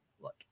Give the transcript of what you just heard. Look